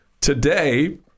today